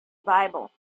bible